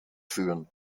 führen